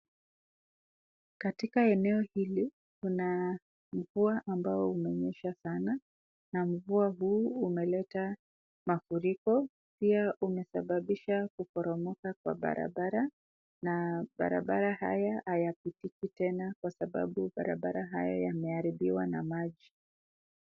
Katika eneo hili, kuna mvua ambao umenyesha sana na mvua huu umeleta mafuriko, pia umesababisha kuporomoka kwa barabara na barabara haya hayapitiki tena kwa sababu barabara haya yameharibiwa na maji.